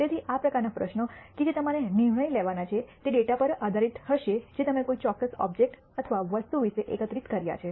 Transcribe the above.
તેથી આ પ્રકારના પ્રશ્નો કે જે તમારે નિર્ણય લેવાના છે તે ડેટા પર આધારિત હશે જે તમે કોઈ ચોક્કસ ઓબ્જેક્ટ અથવા વસ્તુ વિશે એકત્રિત કર્યા છે